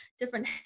different